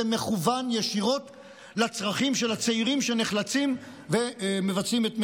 מכוון ישירות לצרכים של הצעירים שנחלצים ומבצעים את משימתם.